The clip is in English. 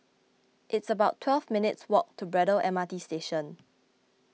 it's about twelve minutes' walk to Braddell M R T Station